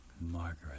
Margaret